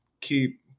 keep